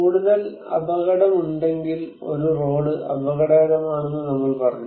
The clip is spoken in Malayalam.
കൂടുതൽ അപകടമുണ്ടെങ്കിൽ ഒരു റോഡ് അപകടകരമാണെന്ന് നമ്മൾ പറഞ്ഞു